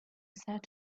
said